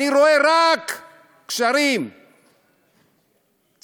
אני רואה רק גשרים, צמתים,